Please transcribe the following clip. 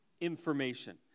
information